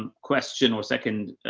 um question or second,